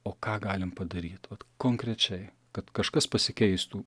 o ką galim padaryt vat konkrečiai kad kažkas pasikeistų